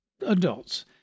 adults